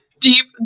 deep